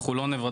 אנחנו לא נוותר,